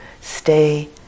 stay